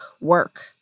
work